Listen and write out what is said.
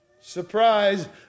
Surprise